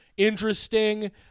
Interesting